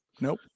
Nope